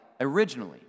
originally